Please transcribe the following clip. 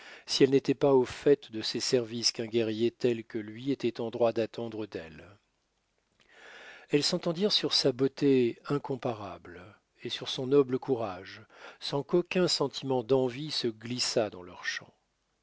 si elle n'était pas au fait de ces services qu'un guerrier tel que lui était en droit d'attendre d'elle elles s'étendirent sur sa beauté incomparable et sur son noble courage sans qu'aucun sentiment d'envie se glissât dans leurs